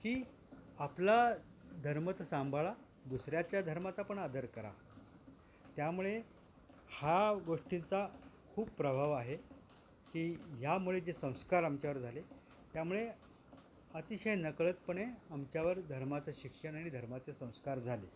की आपला धर्म तर सांभाळा दुसऱ्याच्या धर्माचा पण आदर करा त्यामुळे हा गोष्टींचा खूप प्रभाव आहे की यामुळे जे संस्कार आमच्यावर झाले त्यामुळे अतिशय नकळतपणे आमच्यावर धर्माचं शिक्षण आणि धर्माचे संस्कार झाले